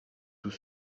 tout